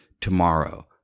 tomorrow